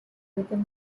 within